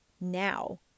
Now